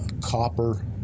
copper